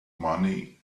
money